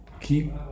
keep